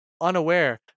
unaware